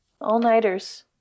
All-nighters